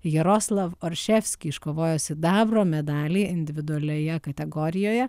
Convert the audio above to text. jaroslav orševski iškovojo sidabro medalį individualioje kategorijoje